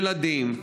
ילדים,